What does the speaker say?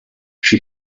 she